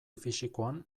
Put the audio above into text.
fisikoan